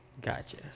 Gotcha